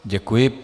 Děkuji.